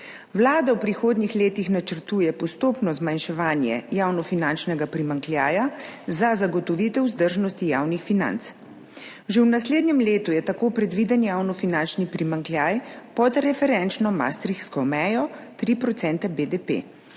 Vlada v prihodnjih letih načrtuje postopno zmanjševanje javnofinančnega primanjkljaja za zagotovitev vzdržnosti javnih financ. Že v naslednjem letu je tako predviden javnofinančni primanjkljaj pod referenčno maastrichtsko mejo 3 % BDP,